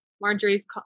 Marjorie's